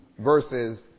verses